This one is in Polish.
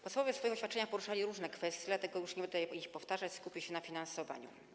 Posłowie w swoich oświadczeniach poruszali różne kwestie, dlatego już nie będę ich powtarzać, skupię się na finansowaniu.